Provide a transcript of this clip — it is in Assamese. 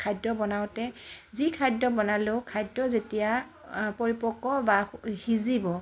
খাদ্য বনাওতে যি খাদ্য বনালেও খাদ্য যেতিয়া পৰিপক্ক বা সিজিব